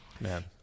man